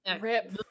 rip